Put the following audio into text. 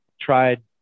tried